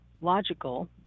logical